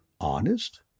Honest